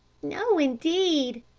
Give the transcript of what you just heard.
no, indeed,